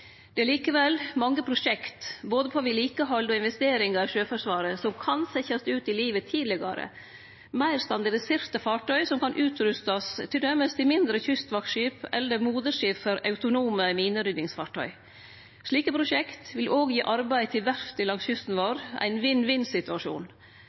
Det er likevel mange prosjekt når det gjeld både vedlikehald og investeringar i Sjøforsvaret, som kan setjast ut i livet tidlegare, meir standardiserte fartøy som kan utrustast til t.d. mindre kystvaktskip eller moderskip for autonome mineryddingsfartøy. Slike prosjekt vil òg gi arbeid til verfta langs kysten